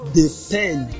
depend